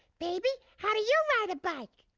baby, how do you ride a bike?